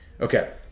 Okay